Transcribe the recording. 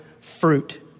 fruit